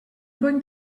going